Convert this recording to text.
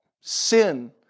sin